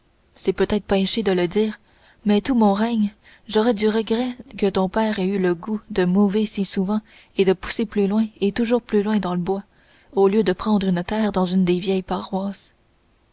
c'est peut-être péché de le dire mais tout mon règne j'aurai du regret que ton père ait eu le goût de mouver si souvent et de pousser plus loin et toujours plus loin dans le bois au lieu de prendre une terre dans une des vieilles paroisses